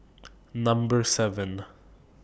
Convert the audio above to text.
Number seven